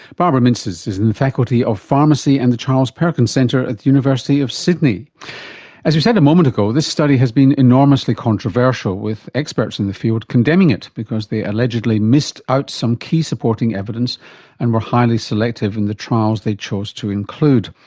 barbara mintzes is in the faculty of pharmacy and the charles perkins centre at the university of sydney. as we said a moment ago, this study has been enormously controversial with experts in the field condemning it because they allegedly missed out some key supporting evidence and were highly selective in the trials they chose to include.